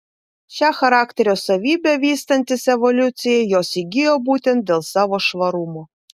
šią charakterio savybę vystantis evoliucijai jos įgijo būtent dėl savo švarumo